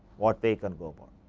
what way can